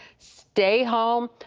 stay home.